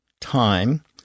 time